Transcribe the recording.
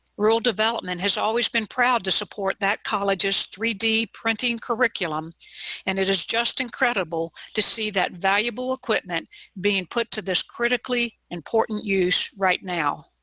rural development has always been proud to support that college's three d printing curriculum and it is just incredible to see that valuable equipment being put to this critically important use right now.